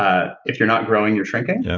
ah if you're not growing, you're shrinking,